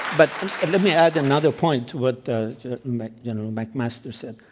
but let me add another point to what general mcmaster said.